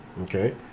Okay